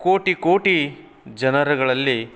ಕೋಟಿ ಕೋಟಿ ಜನರುಗಳಲ್ಲಿ